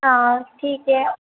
हाँ ठीक है